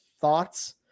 thoughts